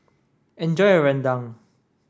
enjoy your Rendang